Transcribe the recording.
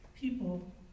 people